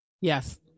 Yes